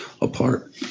apart